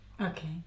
Okay